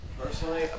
Personally